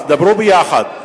אז דברו ביחד.